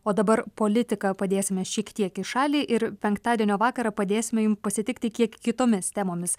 o dabar politiką padėsime šiek tiek į šalį ir penktadienio vakarą padėsime jum pasitikti kiek kitomis temomis